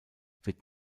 wird